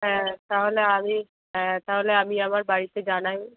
হ্যাঁ তাহলে আমি হ্যাঁ তাহলে আমি আমার বাড়িতে জানাই